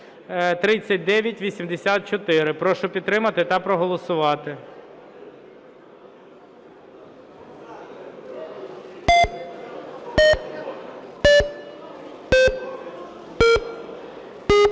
Прошу підтримати та проголосувати.